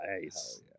Nice